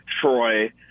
Troy